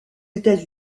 états